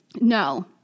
No